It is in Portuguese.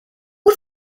por